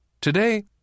Today